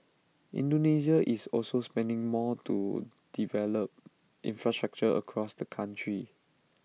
Indonesia is also spending more to develop infrastructure across the country